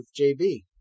JB